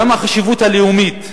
גם החשיבות הלאומית,